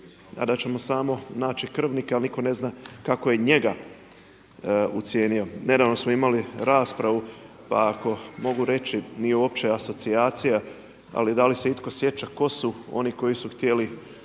a da ćemo samo naći krvnike. A nitko ne zna kako je njega ucijenio. Nedavno smo imali raspravu, pa ako mogu reći nije uopće asocijacija, ali da li se itko sjeća tko su oni koji su htjeli da